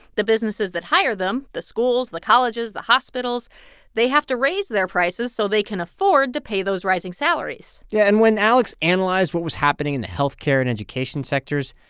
the businesses that hire them the schools, the colleges, the hospitals they have to raise their prices so they can afford to pay those rising salaries yeah. and when alex analyzed what was happening in the health care and education sectors,